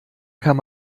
kam